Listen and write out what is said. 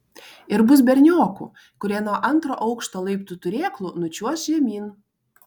ir bus berniokų kurie nuo antro aukšto laiptų turėklų nučiuoš žemyn